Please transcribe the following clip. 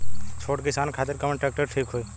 छोट किसान खातिर कवन ट्रेक्टर ठीक होई?